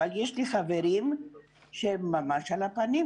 אבל יש לי חברים שהם ממש "על הפנים",